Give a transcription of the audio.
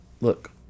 Look